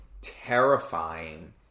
terrifying